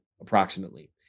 approximately